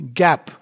gap